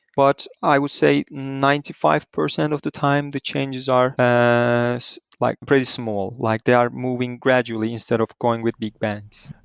but i would say ninety five percent of the time, the changes are so like pretty small. like they are moving gradually instead of going with big bangs.